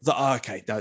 Okay